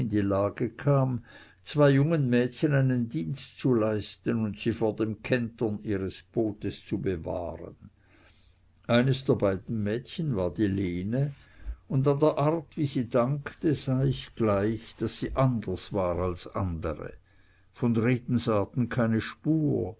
die lage kam zwei jungen mädchen einen dienst zu leisten und sie vor dem kentern ihres bootes zu bewahren eins der beiden mädchen war die lene und an der art wie sie dankte sah ich gleich daß sie anders war als andere von redensarten keine spur